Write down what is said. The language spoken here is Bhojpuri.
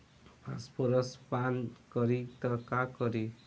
फॉस्फोरस पान करी त का करी?